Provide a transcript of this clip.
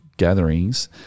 gatherings